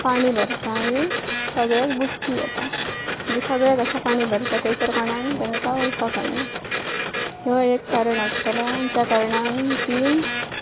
पाणी भरता आनी सगळ्याक बुडटी येता म्हणजे सगळ्याक आसां पाणी भरता थंयसर कोणाक तेंकां वचपाक कांय ना ह्यो एक कारण आसतलां ज्या कारणान तीं